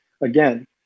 Again